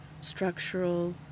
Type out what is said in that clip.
structural